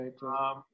Right